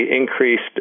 increased